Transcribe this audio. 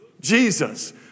Jesus